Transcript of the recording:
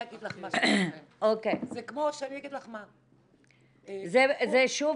זה כמו שאני אגיד לך מה- - זה שוב